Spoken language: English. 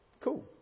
Cool